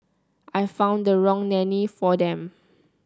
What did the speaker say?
I found the wrong nanny for them